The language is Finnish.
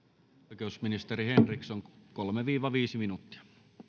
oikeusministeri henriksson kolme viiva viisi minuuttia